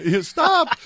stop